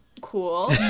Cool